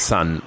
Sun